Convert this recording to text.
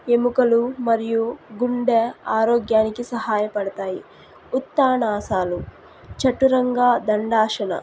ఎముకలు మరియు గుండె ఆరోగ్యానికి సహాయపడతాయి ఉత్తానాసనాలు చతురంగ దండాసన